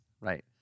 right